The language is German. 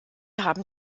haben